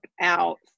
out